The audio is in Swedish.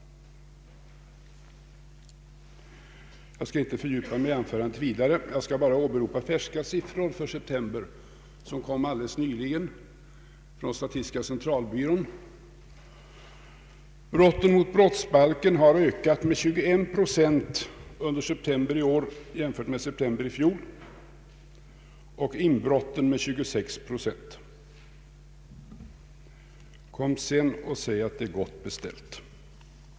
Jag skall inte fördjupa mig vidare i exempel. Jag vill endast åberopa färska siffror för september, som statistiska centralbyrån alldeles nyligen lämnat ut. Brotten mot brottsbalken har ökat med 21 procent under september i år jämfört med september i fjol, och inbrotten med 26 procent. Kom sedan och säg att det är gott beställt!